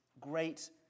great